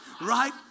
right